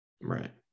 Right